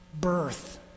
birth